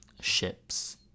ships